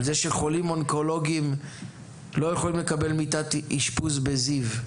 על זה שחולים אונקולוגים לא יכולים לקבל מיטת אשפוז בזיו.